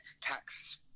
tax